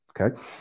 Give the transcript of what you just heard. okay